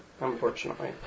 Unfortunately